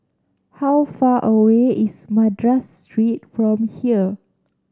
how far away is Madras Street from here